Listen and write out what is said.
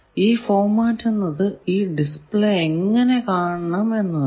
ഈ ഫോർമാറ്റ് എന്നത് ഈ ഡിസ്പ്ലേ എങ്ങനെ കാണണം എന്നതാണ്